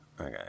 Okay